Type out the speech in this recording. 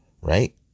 right